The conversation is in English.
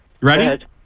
Ready